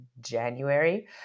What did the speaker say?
January